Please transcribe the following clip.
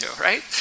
right